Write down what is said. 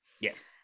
Yes